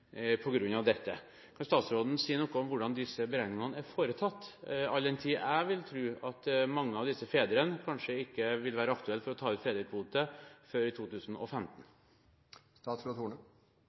av dette. Kan statsråden si noe om hvordan disse beregningene er foretatt, all den tid jeg vil tro at mange av disse fedrene kanskje ikke vil være aktuelle for å ta ut fedrekvote før i 2015?